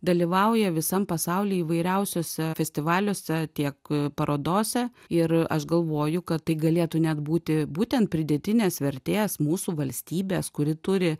dalyvauja visam pasauly įvairiausiuose festivaliuose tiek parodose ir aš galvoju kad tai galėtų net būti būtent pridėtinės vertės mūsų valstybės kuri turi